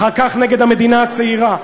אחר כך נגד המדינה הצעירה,